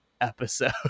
episode